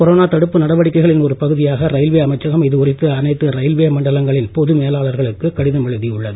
corona தடுப்பு நடவடிக்கைகளின் ஒரு பகுதியாக ரயில்வே அமைச்சகம் இது குறித்து அனைத்து ரயில்வே மண்டலங்களின் பொது மேலாளர்களுக்கு கடிதம் எழுதியுள்ளது